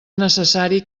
necessari